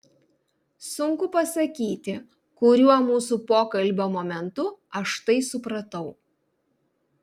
sunku pasakyti kuriuo mūsų pokalbio momentu aš tai supratau